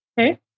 Okay